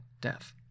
death